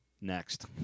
Next